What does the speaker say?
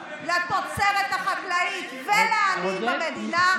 לדאוג לתוצרת החקלאית ולעניים במדינה,